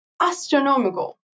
astronomical